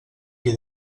qui